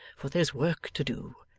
for there's work to do.